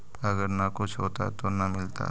अगर न कुछ होता तो न मिलता?